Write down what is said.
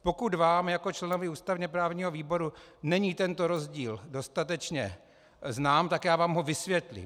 Pokud vám jako členovi ústavněprávního výboru není tento rozdíl dostatečně znám, tak já vám ho vysvětlím.